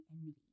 envy